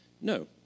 No